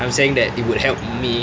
I'm saying that it would help me